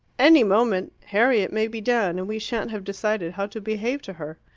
any moment harriet may be down, and we shan't have decided how to behave to her.